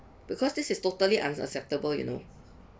because this is totally unacceptable you know